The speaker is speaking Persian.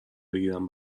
بگیرم